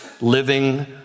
living